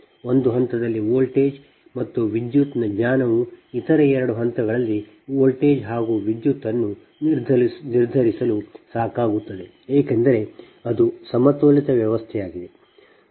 ಒಂದು ಹಂತದಲ್ಲಿ ವೋಲ್ಟೇಜ್ ಮತ್ತು ವಿದ್ಯುತ್ನ ಜ್ಞಾನವು ಇತರ 2 ಹಂತಗಳಲ್ಲಿ ವೋಲ್ಟೇಜ್ ಮತ್ತು ವಿದ್ಯುತ್ಅನ್ನು ನಿರ್ಧರಿಸಲು ಸಾಕಾಗುತ್ತದೆ ಏಕೆಂದರೆ ಅದು ಸಮತೋಲಿತ ವ್ಯವಸ್ಥೆಯಾಗಿದೆ